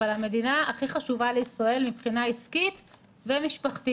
אבל המדינה הכי חשובה לישראל מבחינה עסקית ומשפחתית,